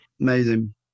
amazing